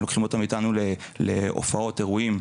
הם לוקחים אותו איתנו להופעות ואירועים,